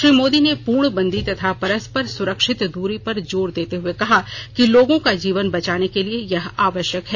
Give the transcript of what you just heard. श्री मोदी ने पूर्णबंदी तथा परस्पर सुरक्षित दूरी पर जोर देते हुए कहा कि लोगों का जीवन बचाने के लिए यह आवश्यक है